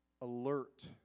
alert